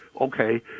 okay